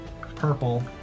Purple